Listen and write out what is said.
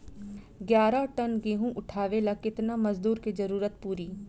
ग्यारह टन गेहूं उठावेला केतना मजदूर के जरुरत पूरी?